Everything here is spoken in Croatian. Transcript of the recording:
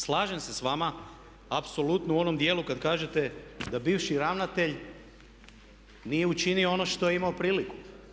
Slažem se s vama apsolutno u onom dijelu kad kažete da bivši ravnatelj nije učinio ono što je imao priliku.